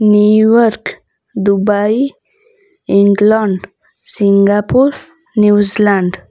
New York Dubai England Singapore New Zealand